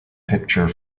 picture